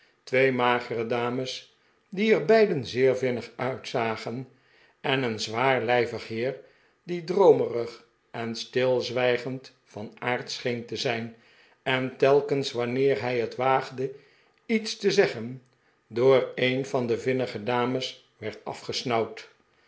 twee magere dames die er beiden zeer vinnig uitzagen en een zwaarlijvig heer die droomerig en stilzwijgend van aard scheen te zijn en telkens wanneer hij het waagde iets te zeggen door een van de vinnige dames werd